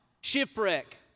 shipwreck